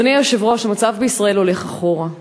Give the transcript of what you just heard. אדוני היושב-ראש, המצב בישראל הולך אחורה.